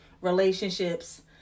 relationships